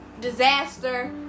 disaster